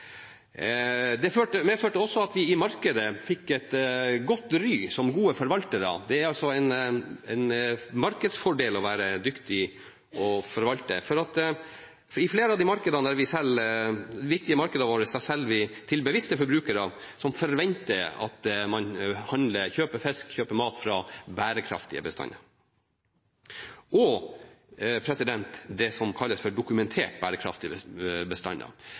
Dette førte til at man fikk ryddet opp i et skadelig svartfiske. Det er en del av grunnen til at vi har en så bra bestand i Barentshavet som vi har i dag. Det medførte også at vi i markedet fikk et godt ry som gode forvaltere. Det er altså en markedsfordel å være dyktig til å forvalte. I flere av de viktige markedene våre selger vi til bevisste forbrukere som forventer at man handler – kjøper fisk,